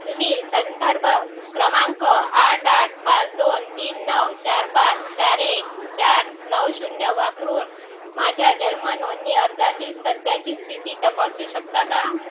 तुम्ही संदर्भ क्रमांक आठ आठ पाच दोन तीन नऊ चार पाच चार एक चार नऊ शून्य वापरून माझ्या जन्म नोंदणी अर्जाची सध्याची स्थिती तपासू शकता का